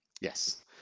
yes